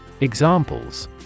Examples